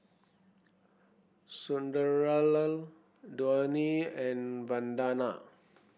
Sunderlal Dhoni and Vandana